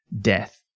death